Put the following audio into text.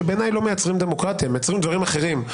שבעיניי לא מייצרים דמוקרטיה; הם מייצרים דברים אחרים,